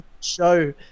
show